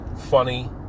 funny